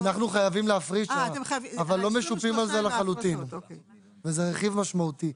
אנחנו חייבים להפריש אבל לחלוטין לא משופים על זה וזה רכיב משמעותי.